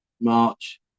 march